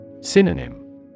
Synonym